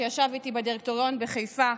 שישב איתי בדירקטוריון בחיפה,